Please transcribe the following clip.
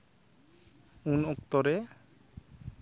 ᱩᱱ ᱚᱠᱛᱚ ᱨᱮ